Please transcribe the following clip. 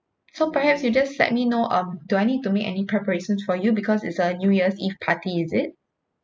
so perhaps you just let me know um do I need to make any preparations for you because it's a new year's eve party is it